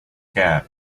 cat